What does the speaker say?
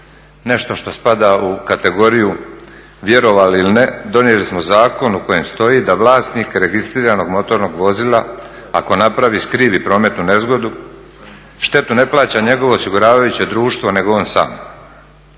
nešto što spada u kategoriju vjerovali ili ne. Donijeli smo zakon u kojem stoji da vlasnik u kojem stoji da vlasnik registriranog motornog vozila ako napravi, skrivi prometnu nezgodu štetu ne plaća njegovo osiguravajuće društvo nego on sam.